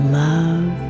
love